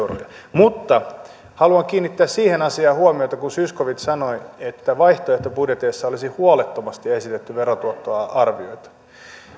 mutta haluan kiinnittää huomiota siihen asiaan kun zyskowicz sanoi että vaihtoehtobudjeteissa olisi huolettomasti esitetty verotuottoarvioita